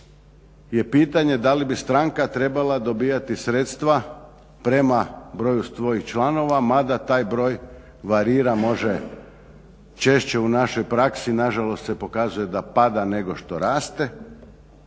je pitanje da li bi stranka trebala dobivati sredstva prema broju svojih članova mada taj broj varira, može češće u našoj praksi, nažalost se pokazuje da pada nego što raste.